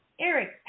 Eric